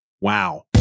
Wow